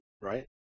right